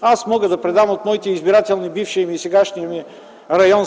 Аз мога да предам от моите избирателни райони – бившия ми и сегашния ми